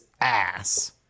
ass